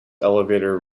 elevator